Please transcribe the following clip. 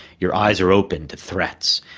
your eyes are opened to threats.